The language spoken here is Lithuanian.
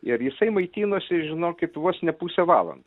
ir jisai maitinosi žinokit vos ne pusę valando